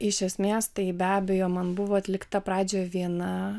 iš esmės tai be abejo man buvo atlikta pradžioje viena